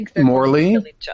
Morley